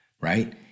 right